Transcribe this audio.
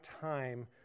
time